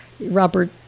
Robert